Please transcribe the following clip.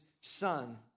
son